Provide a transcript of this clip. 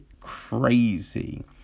crazy